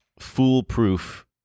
foolproof